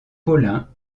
paulin